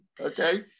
Okay